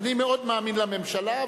אני מאמין מאוד לממשלה,